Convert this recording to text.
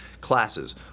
classes